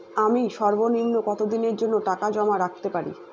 আমি সর্বনিম্ন কতদিনের জন্য টাকা জমা রাখতে পারি?